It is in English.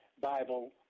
Bible